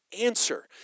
answer